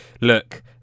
look